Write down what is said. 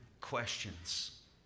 questions